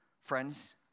Friends